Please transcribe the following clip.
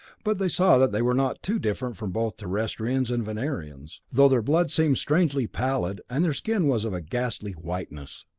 but they saw that they were not too different from both terrestrians and venerians though their blood seemed strangely pallid, and their skin was of a ghastly whiteness.